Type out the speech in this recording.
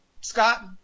Scott